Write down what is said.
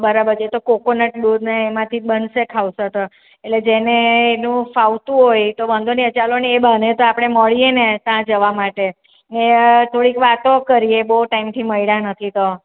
બરાબર છે તો કોકોનટ દૂધ ને એમાંથી જ બનશે ખાવસા તો એટલે જેને એનું ફાવતું હોય તો વાંધો નહીં ચાલો ને એ બહાને તો આપણે મળીએ ને ત્યાં જવા માટે ને થોડીક વાતો કરીએ બહુ ટાઇમથી મળ્યા નથી તો